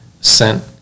sent